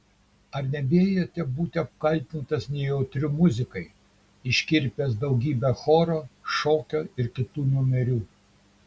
ar nebijote būti apkaltintas nejautriu muzikai iškirpęs daugybę choro šokio ir kitų numerių